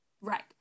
Right